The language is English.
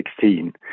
2016